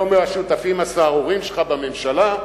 ו/או מהשותפים הסהרוריים שלך בממשלה?